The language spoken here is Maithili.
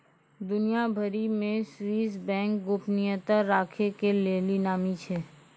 दुनिया भरि मे स्वीश बैंक गोपनीयता राखै के लेली नामी छै